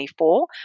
2024